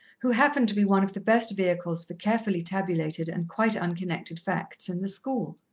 who happened to be one of the best vehicles for carefully-tabulated and quite unconnected facts, in the school.